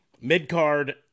mid-card